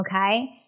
Okay